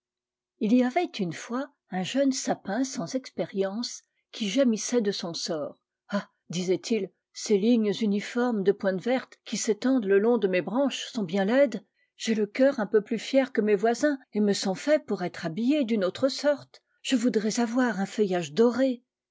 â y avait une fois un jeune sapin sans expérience qui gémissait de son sort ah disait-il ces lignes uniformes de pointes vertes qui s'étendent le long de mes branches sont bien laides j'ai le cœur un peu plus fier que mes voisins et me sens fait pour être habillé d'une autre sorte je voudrais avoir un feuillage doré